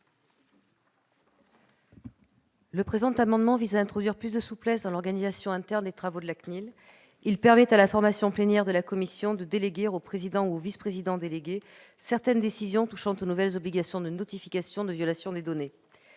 Le présent amendement vise à introduire plus de souplesse dans l'organisation interne des travaux de la CNIL. Son adoption permettrait à la formation plénière de la commission de déléguer au président ou au vice-président délégué certaines décisions touchant aux nouvelles obligations de notification des violations de données.